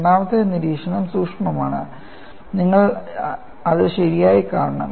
രണ്ടാമത്തെ നിരീക്ഷണം സൂക്ഷ്മമാണ് നിങ്ങൾ അത് ശരിയായി കാണണം